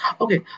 Okay